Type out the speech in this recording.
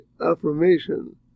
affirmation